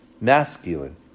masculine